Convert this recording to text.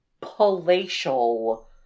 palatial